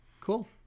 Cool